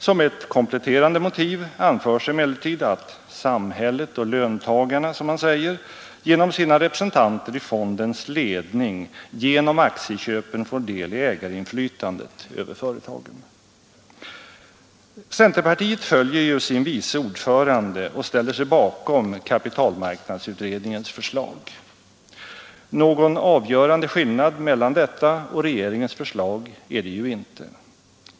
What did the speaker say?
Som ett kompletterande motiv anförs emellertid att ”samhället och löntagarna” genom sina representanter i fondens ledning genom aktieköpen får del i ägarinflytandet över företagen. Centerpartiet följer sin vice ordförande och ställer sig bakom kapitalmarknadsutredningens förslag. Någon avgörande skillnad mellan detta och regeringens förslag är det ju inte.